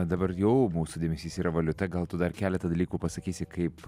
dabar jau mūsų dėmesys yra valiuta gal tu dar keletą dalykų pasakysi kaip